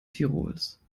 tirols